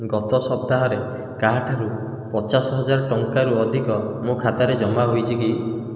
ଗତ ସପ୍ତାହରେ କାହାଠାରୁ ପଚାଶ ହଜାର ଟଙ୍କାରୁ ଅଧିକ ମୋ ଖାତାରେ ଜମା ହୋଇଛି କି